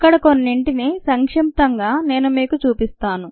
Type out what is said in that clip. ఇక్కడ కొన్నింటిని సంక్షిప్తంగా మీకు నేను చూపిస్తాను